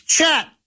Chat